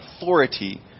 authority